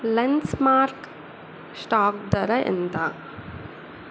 lens mark stock ధర ఎంత